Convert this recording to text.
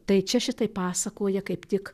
tai čia šitaip pasakoja kaip tik